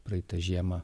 praeitą žiemą